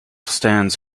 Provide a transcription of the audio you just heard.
stands